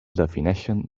defineixen